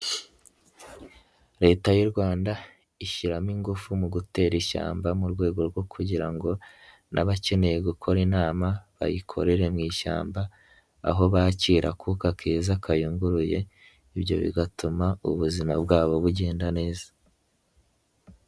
Leta y'u Rwanda ishyiramo ingufu mu gutera ishyamba, mu rwego rwo kugira ngo n'abakeneye gukora inama, bayikorere mu ishyamba, aho bakira akuka keza kayunguruye, ibyo bigatuma ubuzima bwabo bugenda neza.